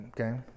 Okay